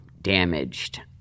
damaged